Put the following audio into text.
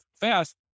fast